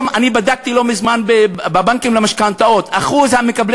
בדקתי לא מזמן בבנקים למשכנתאות אחוז מקבלי